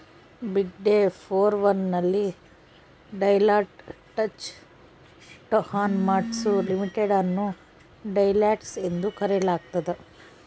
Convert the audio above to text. ಬಿಗ್ಡೆ four one ನಲ್ಲಿ Deloitte Touche Tohmatsu Limited ಅನ್ನು Deloitte ಎಂದು ಕರೆಯಲಾಗ್ತದ